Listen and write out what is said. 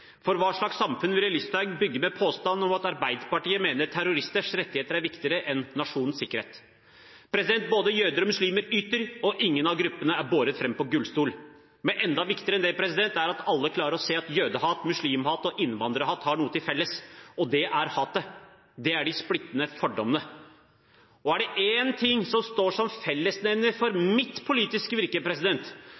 For hva slags samfunn ville Listhaug bygge med påstanden om at Arbeiderpartiet mener terroristenes rettigheter er viktigere enn nasjonens sikkerhet? Både jøder og muslimer yter, og ingen av gruppene er båret fram på gullstol. Men enda viktigere enn det er at alle klarer å se at jødehat, muslimhat og innvandrerhat har noe til felles, og det er hatet – det er de splittende fordommene. Er det én ting som står som fellesnevner for